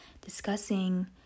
discussing